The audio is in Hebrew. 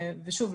ואז נוכל -- שוב,